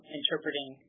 interpreting